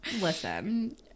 Listen